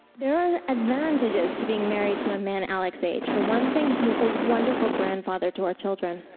there are advantages to being married to a man alec's age. for one thing, he is a wonderful grandfather to our children.